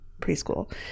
preschool